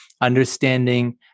understanding